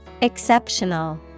Exceptional